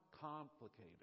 complicated